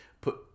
put